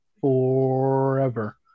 forever